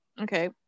Okay